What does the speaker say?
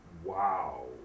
Wow